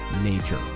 nature